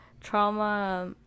trauma